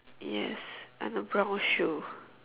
yes and a brown shoe